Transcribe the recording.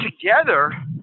together